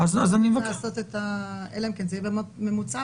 אדוני, צריך לדייק שזה מתוך המאסרים